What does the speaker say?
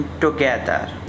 together